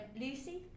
Lucy